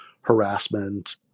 harassment